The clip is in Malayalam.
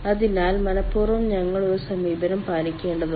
അതിനാൽ മനഃപൂർവ്വം ഞങ്ങൾ ഒരു സമീപനം പാലിക്കേണ്ടതുണ്ട്